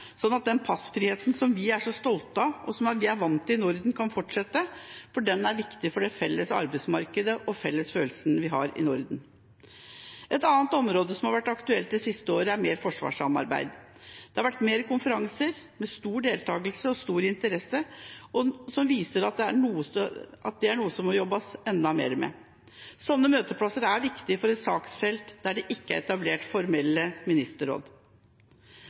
at den passfriheten som vi er så stolte av, og som vi er vant til i Norden, kan fortsette – for den er viktig for det felles arbeidsmarkedet og for den fellesfølelsen vi har i Norden. Et annet område som har vært aktuelt det siste året, er mer forsvarssamarbeid. Det har vært flere konferanser, med stor deltakelse og stor interesse, som viser at det er noe som det må jobbes enda mer med. Slike møteplasser er viktig for et saksfelt der det ikke er etablert formelle ministerråd.